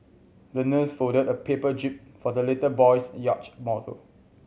the nurse folded a paper jib for the little boy's yacht model